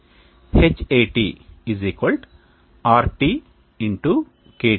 Hat RT KT H0